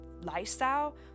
lifestyle